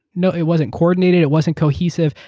no, it wasn't coordinated, it wasn't cohesive,